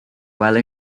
while